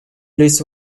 lose